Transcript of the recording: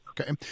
Okay